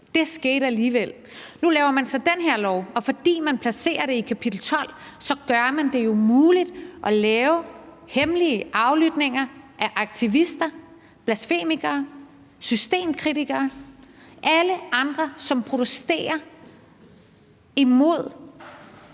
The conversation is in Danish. det skete alligevel, og nu laver man så den her lov, og fordi man placerer det i kapitel 12, gør man det jo muligt at lave hemmelige aflytninger af aktivister, blasfemikere, systemkritikere, altså alle andre, som protesterer imod